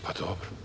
Pa, dobro.